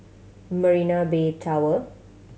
Marina Bay Tower